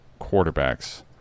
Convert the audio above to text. quarterbacks